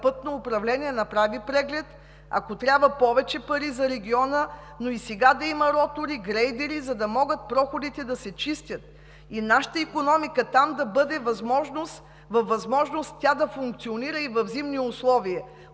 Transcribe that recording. Пътно управление направи преглед, ако трябват повече пари за региона, но и сега да има ротори, грейдери, за да могат проходите да се чистят и нашата икономика там да бъде във възможност да функционира и при зимни условия.